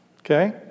okay